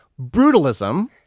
Brutalism